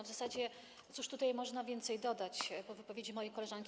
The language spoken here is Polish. W zasadzie cóż tutaj można więcej dodać po wypowiedzi mojej koleżanki?